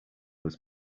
was